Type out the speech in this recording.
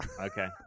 Okay